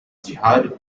jihad